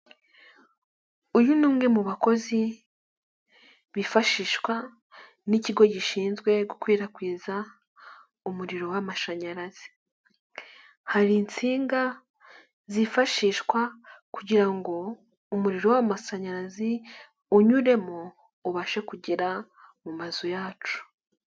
Umwe mu bakozi bifashishwa n'ikigo gishinzwe gukwirakwiza umuriro w'amashanyarazi, hari insinga zifashishwa kugira ngo umuriro w'amashanyarazi unyuremo ubashe kugera mu mazu yacu.